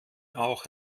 auch